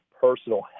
personal